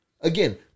Again